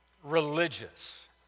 religious